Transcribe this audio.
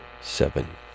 seven